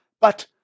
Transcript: but